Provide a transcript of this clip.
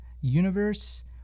Universe